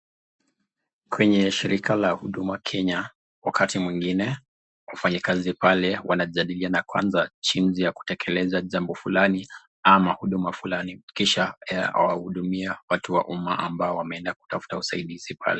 Kwenye shirika la Huduma Kenya wakati mwingine wafanyikazi pale wanajadiliana kwanza jinsi ya kutekeleza jambo fulani ama huduma fulani kisha, awahudumia watu wa uma ambao wameenda kutafuta usaidizi pale.